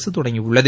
அரசு தொடங்கியுள்ளது